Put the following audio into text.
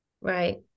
Right